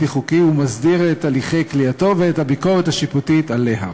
חוקי ומסדיר את הליכי כליאתו ואת הביקורת השיפוטית עליה.